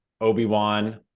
Obi-Wan